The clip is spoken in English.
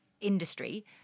industry